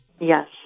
Yes